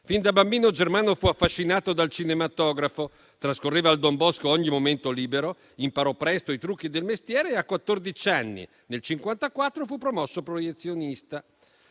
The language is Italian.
Fin da bambino Germano fu affascinato dal cinematografo. Trascorreva al Don Bosco ogni momento libero; imparò presto i trucchi del mestiere e a quattordici anni, nel 1954, fu promosso proiezionista.